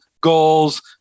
goals